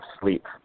sleep